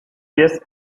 pies